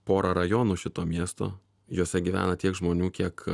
pora rajonų šito miesto juose gyvena tiek žmonių kiek